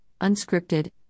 Unscripted